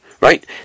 right